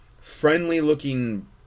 friendly-looking